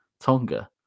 Tonga